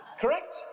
Correct